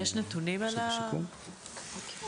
יש נתונים על ה- --?